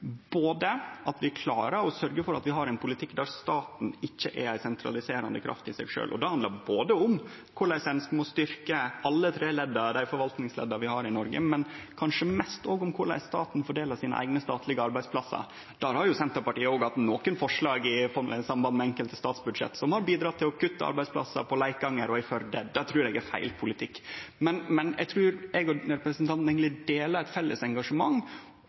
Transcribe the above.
ei sentraliserande kraft i seg sjølv. Det handlar både om korleis ein må styrkje alle dei tre forvaltningsledda vi har i Noreg, men kanskje mest om korleis staten fordeler sine eigne statlege arbeidsplassar. Senterpartiet har jo hatt nokre forslag i samband med enkelte statsbudsjett som har bidradd til å kutte arbeidsplassar på Leikanger og i Førde. Det trur eg er feil politikk. Men eg trur at eg og representanten eigentleg deler eit felles engasjement